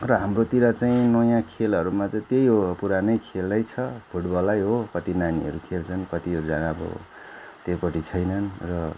र हाम्रोतिर चाहिँ नयाँ खेलहरूमा त त्यही हो पुरानै खेलै छ फुटबलै हो कति नानीहरू खेल्छन् कतिहरूजना अब त्योपट्टि छैनन् र